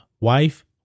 wife